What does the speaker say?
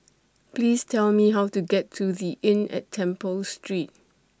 Please Tell Me How to get to The Inn At Temple Street